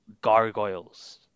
gargoyles